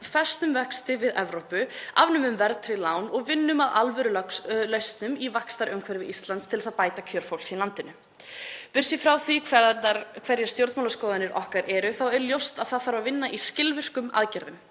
festum þá vexti við Evrópu, afnemum verðtryggð lán og vinnum að alvörulausnum í vaxtaumhverfi Íslands til að bæta kjör fólks í landinu. Burt séð frá því hverjar stjórnmálaskoðanir okkar eru þá er ljóst að það þarf að vinna í skilvirkum aðgerðum.